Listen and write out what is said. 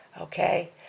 okay